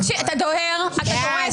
שמחה, אתה דוהר ודורס.